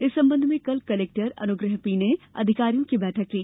इस संबंध में कल कलेक्टर अनुग्रहा पी ने अधिकारियों की बैठक ली